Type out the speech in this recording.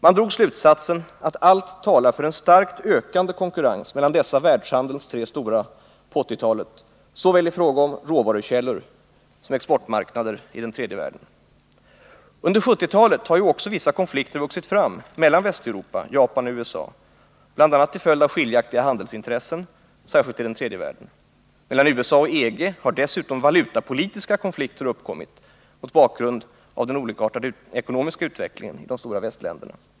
Man drog slutsatsen att allt talar för en starkt ökande konkurrens mellan dessa världshandelns tre stora på 1980-talet, i fråga om såväl råvarukällor som exportmarknader i den tredje världen. Under 1970-talet har ju också vissa konflikter vuxit fram mellan Västeuropa, Japan och USA, bl.a. till följd av skiljaktiga handelsintressen, särskilt i den tredje världen. Mellan USA och EG har dessutom valutapolitiska konflikter uppkommit mot bakgrund av den olikartade ekonomiska utvecklingen i de stora västländerna.